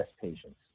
patients